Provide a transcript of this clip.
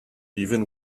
even